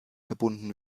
verbunden